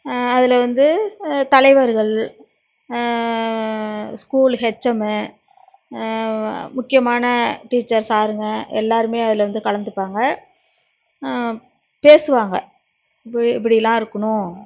அதில் வந்து தலைவர்கள் ஸ்கூல் ஹெச்எம்மு முக்கியமான டீச்சர்ஸ் சாருங்க எல்லாருமே அதில் வந்து கலந்துப்பாங்க பேசுவாங்க இப்படி இப்படிலான் இருக்கணும்